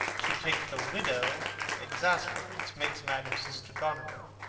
to take the widow exasperates, makes mad her sister goneril